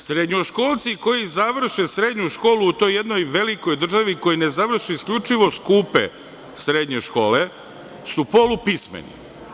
Srednjoškolci koji završe srednju školu u toj jednoj velikoj državi, koji ne završe isključivo skupe srednje škole, su polupismeni.